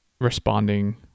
responding